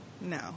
no